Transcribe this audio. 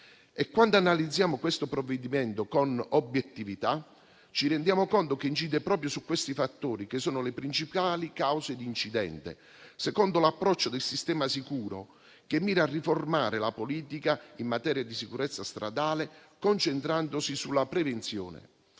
Quando analizziamo questo provvedimento con obiettività, ci rendiamo conto che incide proprio su questi fattori, che sono le principali cause d'incidente, secondo l'approccio del sistema sicuro, che mira a riformare la politica in materia di sicurezza stradale, concentrandosi sulla prevenzione.